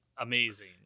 amazing